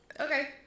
Okay